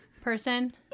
person